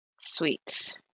Sweet